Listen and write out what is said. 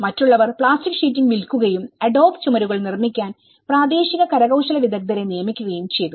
മറ്റുള്ളവർ plastic sheeting വിൽക്കുകയും adobe ചുമരുകൾ നിർമ്മിക്കാൻ പ്രാദേശിക കരകൌശല വിദഗ്ദ്ധരെ നിയമിക്കുകയും ചെയ്തു